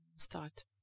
start